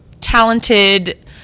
talented